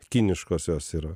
kiniškos jos yra